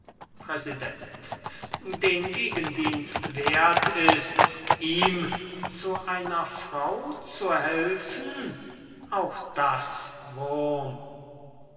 helfen präsident den gegendienst werth ist ihm zu einer frau zu helfen auch das wurm